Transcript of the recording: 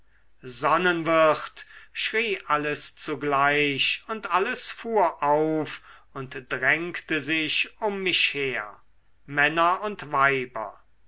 sonnenwirt schrie alles zugleich und alles fuhr auf und drängte sich um mich her männer und weiber